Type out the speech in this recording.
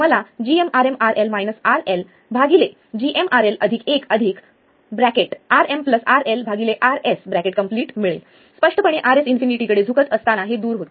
मला gmRmRL RLgmRL1RmRL Rsमिळेल स्पष्टपणे Rs इन्फिनिटीकडे झुकत असताना हे दूर होते